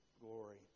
glory